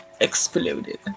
exploded